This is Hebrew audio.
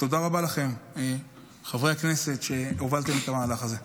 תודה רבה לכם, חברי הכנסת, שהובלתם את המהלך הזה.